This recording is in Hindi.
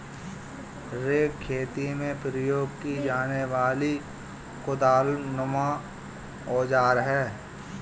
रेक खेती में प्रयोग की जाने वाली कुदालनुमा औजार है